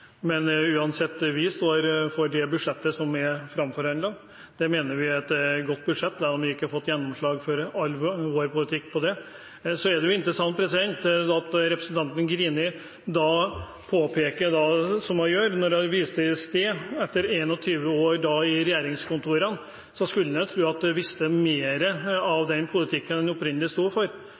Men uansett, vi står for det budsjettet som er framforhandlet. Det mener vi er et godt budsjett, selv om vi ikke har fått gjennomslag for all vår politikk. Så er det interessant det representanten Greni påpekte og viste til i sted. Etter 21 år i regjeringskontorene skulle man tro at en visste mer om den politikken og hva man opprinnelig sto for.